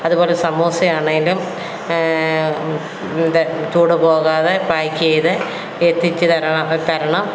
അതുപോലെ സമൂസയാണെങ്കിലും തെ ചൂടു പോകാതെ പാക്ക് ചെയ്ത് എത്തിച്ചു തരണം തരണം